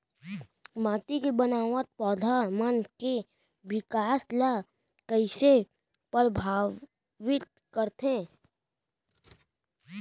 माटी के बनावट पौधा मन के बिकास ला कईसे परभावित करथे